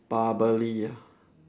bubbly ah